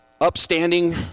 upstanding